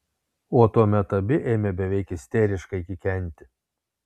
o tuomet abi ėmė beveik isteriškai kikenti